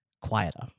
quieter